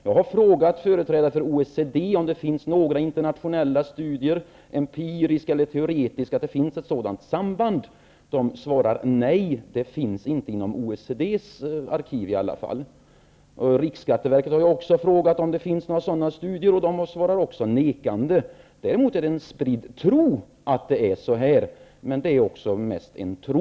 Jag har frågat företrädare för OECD om det finns några internationella studier, empiriska eller teoretiska, om att det finns ett sådant samband. De svarar nej och att det i varje fall inte finns inom OECD:s arkiv. Jag har också frågat riksskatteverket om det finns några sådana studier, och man svarar där nekande. Däremot är det en spridd tro att det är så här, men det är också mest en tro.